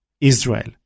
Israel